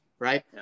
Right